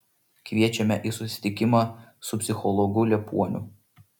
kviečiame į susitikimą su psichologu liepuoniu